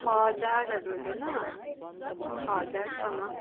छ हजारहरू हुँदैन छ हजारसम्म